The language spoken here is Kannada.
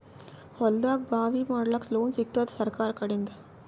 ಹೊಲದಾಗಬಾವಿ ಮಾಡಲಾಕ ಲೋನ್ ಸಿಗತ್ತಾದ ಸರ್ಕಾರಕಡಿಂದ?